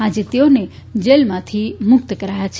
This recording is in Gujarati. આજે તેઓને જેલમાંથી મુક્ત કરાયા છે